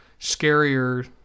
scarier